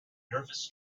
nervous